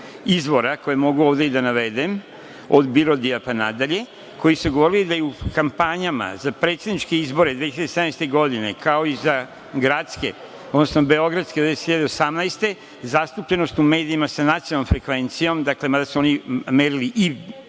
izvora koje mogu ovde i da navedem, od BIRODI-ja pa nadalje, koji su govorili da u kampanjama za predsedničke izbore 2017. godine, kao i za gradske, odnosno beogradske 2018. godine, zastupljenost u medijima sa nacionalnom frekvencijom, mada su oni merili i